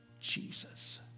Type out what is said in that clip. Jesus